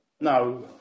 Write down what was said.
No